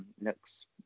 Looks